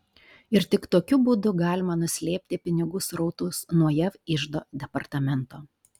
ir tik tokiu būdu galima nuslėpti pinigų srautus nuo jav iždo departamento